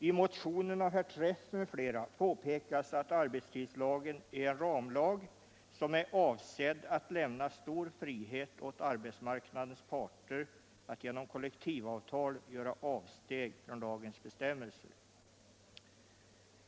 I motionen av herr Träff m.fl. påpekas att arbetstidslagen är en ramlag som är avsedd att lämna stor frihet åt arbetsmarknadens parter att genom kollektivavtal göra avsteg från lagens bestämmelser.